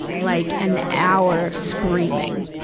like, an hour of screaming.